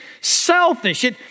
selfish